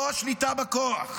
לא שליטה בכוח.